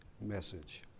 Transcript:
message